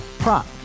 Prop